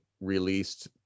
released